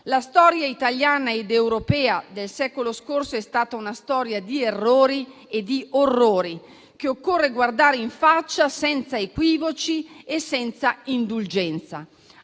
La storia italiana ed europea del secolo scorso è stata una storia di errori e di orrori, che occorre guardare in faccia senza equivoci e senza indulgenza.